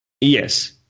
Yes